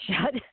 shut